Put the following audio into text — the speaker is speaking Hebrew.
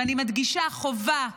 ואני מדגישה: חובה,